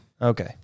okay